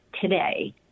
today